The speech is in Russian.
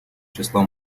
числа